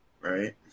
Right